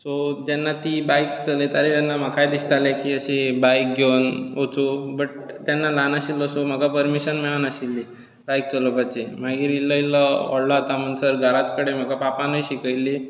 so जेन्ना ती bikes चलयतालीं तेन्ना म्हाकाय दिसतालें की अशी बायक घेवन वचूं बट तेन्ना ल्हान आशिल्लो सो म्हाका पर्मिशन मेळं नाशिल्ली बायक चलोवपाची मागीर इल्लो इल्लो व्हडलो जाता म्हणसर घरात कडेन म्हाका पापानूय शिकयल्ली